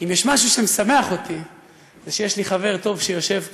אם יש משהו שמשמח אותי זה שיש לי חבר טוב שיושב כאן,